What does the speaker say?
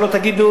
שלא תגידו,